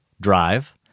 Drive